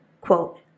quote